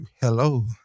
Hello